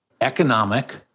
economic